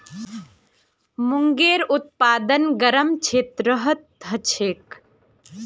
मूंगेर उत्पादन गरम क्षेत्रत ह छेक